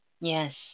Yes